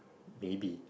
maybe